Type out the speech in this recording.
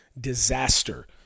disaster